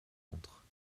montre